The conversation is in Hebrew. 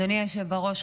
אדוני היושב בראש,